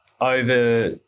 over